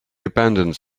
abandons